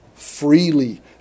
freely